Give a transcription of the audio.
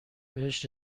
بهش